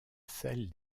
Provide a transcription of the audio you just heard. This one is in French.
celle